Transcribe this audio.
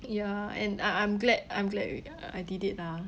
ya and I I'm glad I'm glad we I did it lah